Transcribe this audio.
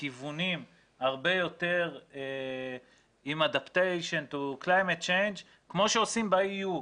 לכיוונים של הסתגלות לשינויי אקלים כמו שעושים ב-EU,